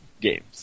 games